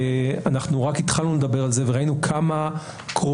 אנחנו רק התחלנו לדבר על זה וראינו כמה קרובה